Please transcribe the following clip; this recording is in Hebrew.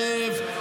שב,